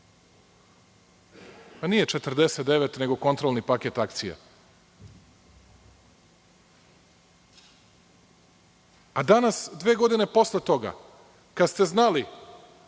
nije 49 nego kontrolni paket akcija. Danas dve godine posle toga kad ste znali